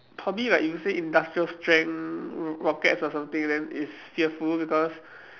probably like you say industrial strength r~ rockets or something then it's fearful because